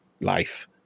life